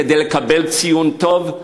כדי לקבל ציון טוב?